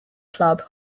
club